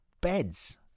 beds